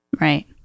Right